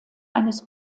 eines